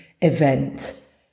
event